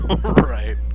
Right